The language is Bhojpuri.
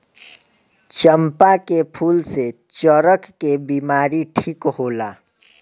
चंपा के फूल से चरक के बिमारी ठीक होला